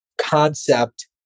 concept